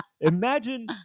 imagine